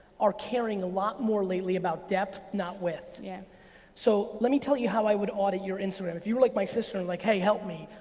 are caring a lot more lately about depth, not width. yeah so let me tell you how i would audit your instagram. if you were like my sister and like, hey, help me,